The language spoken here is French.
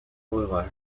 rural